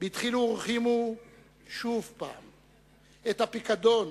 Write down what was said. בדחילו ורחימו שוב את הפיקדון,